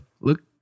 look